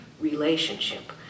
relationship